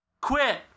Quit